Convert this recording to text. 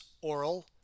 oral